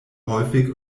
häufig